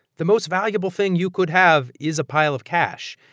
the most valuable thing you could have is a pile of cash.